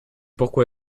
pourquoi